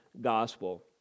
gospel